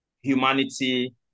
humanity